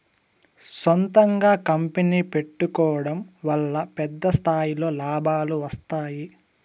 సొంతంగా కంపెనీ పెట్టుకోడం వల్ల పెద్ద స్థాయిలో లాభాలు వస్తాయి